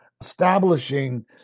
establishing